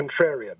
contrarian